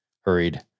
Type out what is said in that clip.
hurried